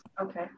Okay